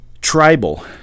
Tribal